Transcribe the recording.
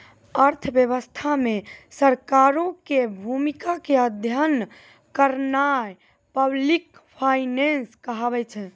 अर्थव्यवस्था मे सरकारो के भूमिका के अध्ययन करनाय पब्लिक फाइनेंस कहाबै छै